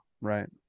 Right